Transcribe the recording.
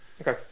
Okay